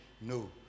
No